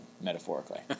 metaphorically